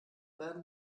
werden